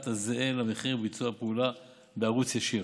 הזהה למחיר ביצוע פעולה בערוץ ישיר.